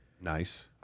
Nice